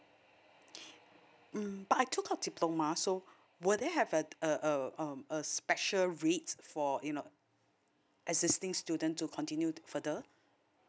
mm but I took up diploma so will there have a a um a special rates for you know existing student to continue further